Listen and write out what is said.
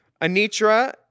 Anitra